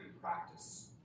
practice